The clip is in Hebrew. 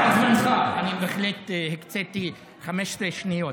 אני בהחלט הקציתי 15 שניות.